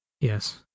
yes